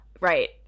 right